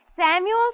Samuel